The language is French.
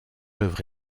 œuvre